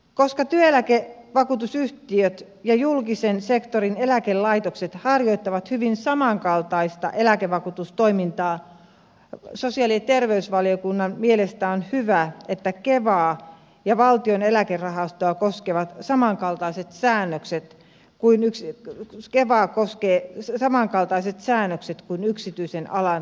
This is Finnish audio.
koska työeläkevakuutusyhtiöt ja julkisen sektorin eläkelaitokset harjoittavat hyvin samankaltaista eläkevakuutustoimintaa sosiaali ja terveysvaliokunnan mielestä on hyvä että kevaa ja valtion eläkerahastoa koskevat samankaltaiset säännökset kuin yksiä koskeva koskee samankaltaiset säännökset kuin yksityisen alan työeläkevakuutusyhtiöitä